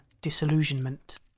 disillusionment